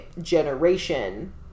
generation